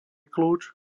kľúč